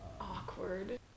awkward